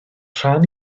rhan